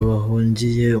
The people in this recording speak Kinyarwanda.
bahungiye